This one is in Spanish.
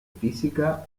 física